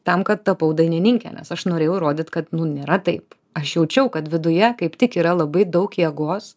tam kad tapau dainininke nes aš norėjau įrodyt kad nėra taip aš jaučiau kad viduje kaip tik yra labai daug jėgos